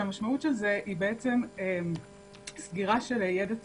כשהמשמעות של זה היא סגירה של ידע טיפולי.